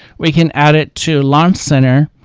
we can add it to launch center,